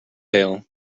pail